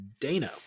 Dano